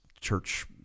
church